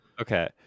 okay